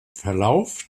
verlauf